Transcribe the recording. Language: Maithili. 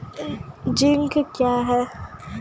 जिंक क्या हैं?